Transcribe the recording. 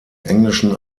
englischen